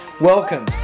welcome